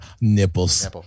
Nipples